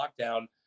lockdown